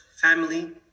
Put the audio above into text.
family